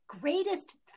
greatest